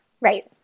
Right